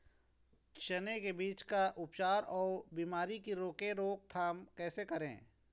चने की बीज का उपचार अउ बीमारी की रोके रोकथाम कैसे करें?